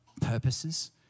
purposes